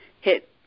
hit